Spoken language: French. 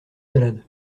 salade